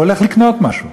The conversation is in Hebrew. הולך לקנות משהו,